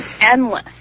endless